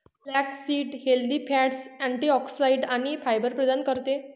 flaxseed healthy fats, antioxidants आणि fibre प्रदान करते